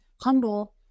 humble